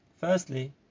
Firstly